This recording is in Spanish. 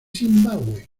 zimbabue